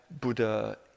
Buddha